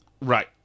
Right